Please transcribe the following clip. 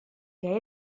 que